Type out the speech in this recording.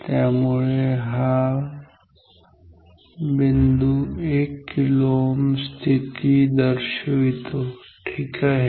त्यामुळे हा हा बिंदू 1 kΩ स्थिती दर्शवितो ठीक आहे